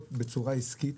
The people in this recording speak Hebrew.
בצורה עסקית,